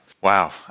wow